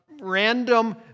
random